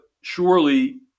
surely